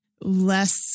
less